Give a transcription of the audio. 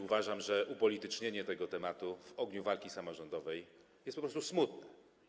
Uważam, że upolitycznienie tego tematu w ogniu walki samorządowej jest po prostu smutne.